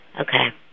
Okay